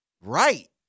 Right